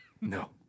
No